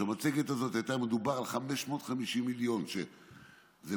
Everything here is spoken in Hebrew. במצגת הזאת היה מדובר על 550 מיליון שקל.